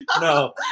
No